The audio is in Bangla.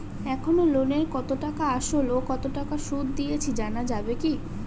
এখনো লোনের কত টাকা আসল ও কত টাকা সুদ দিয়েছি জানা যাবে কি?